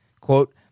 Quote